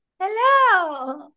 Hello